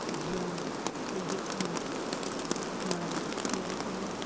ᱡᱤᱭᱚᱱ ᱞᱟᱹᱜᱤᱫ ᱦᱚᱸ ᱢᱟᱲᱟᱝ ᱞᱟᱹᱠᱛᱤᱭᱟᱱᱟᱜ ᱜᱮ